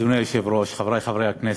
אדוני היושב-ראש, חברי חברי הכנסת,